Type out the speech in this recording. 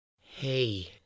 Hey